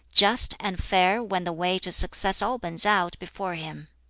just and fair when the way to success opens out before him.